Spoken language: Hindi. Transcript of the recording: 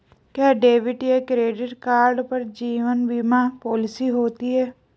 क्या डेबिट या क्रेडिट कार्ड पर जीवन बीमा पॉलिसी होती है?